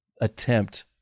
attempt